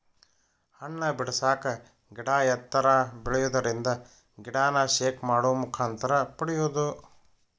ಹಣ್ಣ ಬಿಡಸಾಕ ಗಿಡಾ ಎತ್ತರ ಬೆಳಿಯುದರಿಂದ ಗಿಡಾನ ಶೇಕ್ ಮಾಡು ಮುಖಾಂತರ ಪಡಿಯುದು